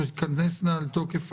שתיכנסנה לתוקף הערב,